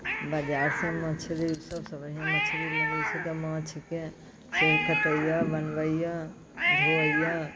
बाजारसँ मछली सभसँ बढ़िआँ मछली लबैत छियै तऽ माछके से कटैए बनबैए धोइए